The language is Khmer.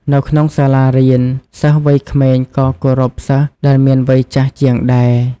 នៅក្នុងសាលារៀន សិស្សវ័យក្មេងក៏គោរពសិស្សដែលមានវ័យចាស់ជាងដែរ។